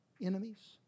enemies